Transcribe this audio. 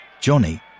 Johnny